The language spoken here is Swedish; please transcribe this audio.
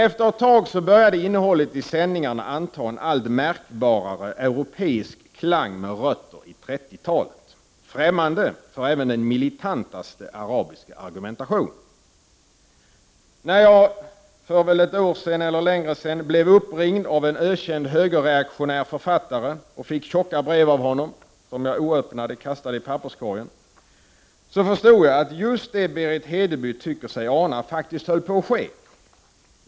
Efter ett tag började dock innehållet i sändningarna anta en allt märkbarare europeisk klang med rötter i 30-talet, fträmmande för även den militantaste arabiska argumentation. När jag för ett år sedan eller mer blev uppringd av en ökänd högerreaktionär författare och fick tjocka brev av honom, som jag oöppnade kastade i papperskorgen, förstod jag att just det som Berit Hedeby tycker sig ana faktiskt höll på att ske.